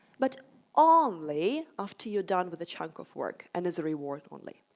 but only after you're done with a chunk of work and as a reward only.